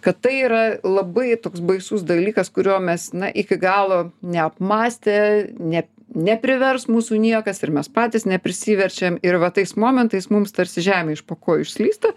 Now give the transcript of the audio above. kad tai yra labai toks baisus dalykas kurio mes na iki galo neapmąstę ne neprivers mūsų niekas ir mes patys neprisiverčiam ir va tais momentais mums tarsi žemė iš po kojų išslysta